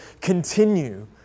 continue